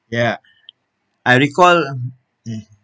ya I recall um